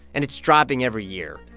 and it's dropping every year.